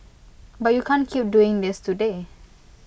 but you can't keep doing this today